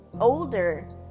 older